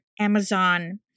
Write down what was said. Amazon